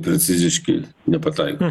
preciziški nepataiko